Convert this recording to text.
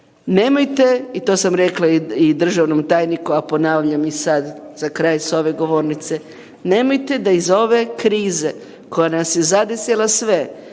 Nemojte, i to sam rekla i državnom tajniku, a ponavljam i sad za kraj s ove govornice, nemojte da iz ove krize koja nas je zadesila sve,